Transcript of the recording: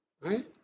Right